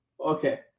Okay